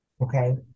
okay